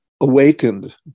awakened